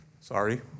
Sorry